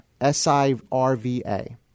S-I-R-V-A